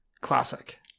Classic